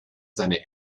seine